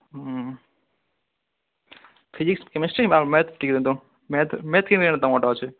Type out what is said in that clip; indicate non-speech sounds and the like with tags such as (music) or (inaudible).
ହୁଁ physics chemistry ଆଉ math ଟିକେ ଦେବ ମ୍ୟାଥ୍ ମ୍ୟାଥ୍ (unintelligible) ତମଟା ଅଛେ